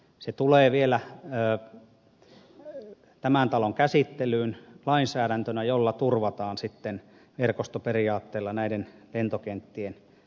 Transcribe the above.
se tulee vielä tämän talon käsittelyyn lainsäädäntönä jolla turvataan sitten verkostoperiaatteella näiden lentokenttien ylläpitäminen